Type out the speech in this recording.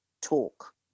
talk